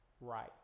right